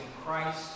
Christ